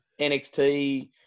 NXT